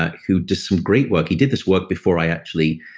ah who did some great work he did this work before i actually.